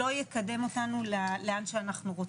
לא יקדם אותנו לאן שאנחנו רוצים.